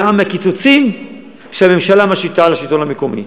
שנוצרו מהקיצוצים שהממשלה משיתה על השלטון המקומי,